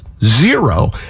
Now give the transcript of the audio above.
zero